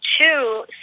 two